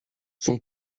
son